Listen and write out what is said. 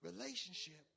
Relationship